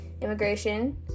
immigration